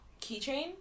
keychain